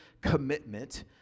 commitment